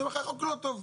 אני אומר לך שהחוק לא טוב.